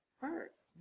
first